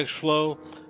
flow